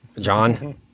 John